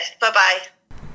bye-bye